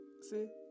See